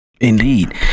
indeed